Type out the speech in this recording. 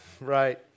right